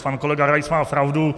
Pan kolega Rais má pravdu.